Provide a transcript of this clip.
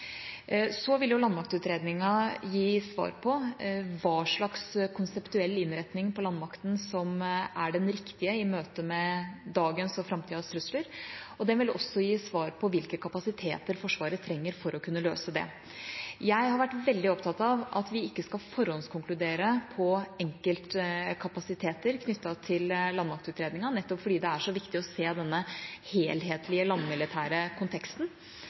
Så vil landmaktutredningen gi svar på hva slags konseptuell innretning på landmakten som er den riktige i møtet med dagens og framtidas trusler, og det vil også gi svar på hvilke kapasiteter Forsvaret trenger for å kunne løse det. Jeg har vært veldig opptatt av at vi ikke skal forhåndskonkludere på enkelte kapasiteter knyttet til landmaktutredningen, nettopp fordi det er så viktig å se denne helhetlige landmilitære konteksten,